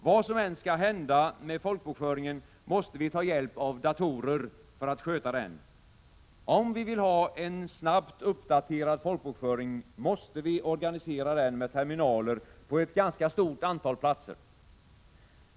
Vad som än skall hända med folkbokföringen, måste vi ta hjälp av datorer för att sköta den. Om vi vill ha en snabbt uppdaterad folkbokföring, måste vi organisera den med terminaler på ett ganska stort antal platser.